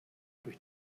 durch